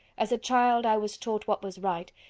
as a child i was taught what was right,